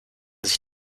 sich